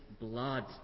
blood